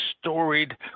storied